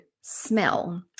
smell